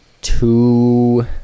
two